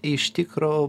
iš tikro